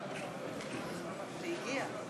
אדוני.